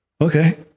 Okay